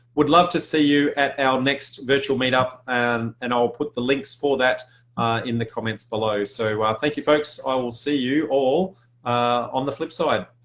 would love to see you at our next virtual meetup and and i'll put the links for that in the comments below so ah thank you folks! i will see you all on the flip side.